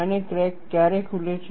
અને ક્રેક ક્યારે ખુલે છે